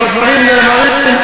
והדברים נאמרים.